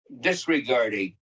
disregarding